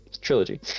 trilogy